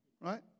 right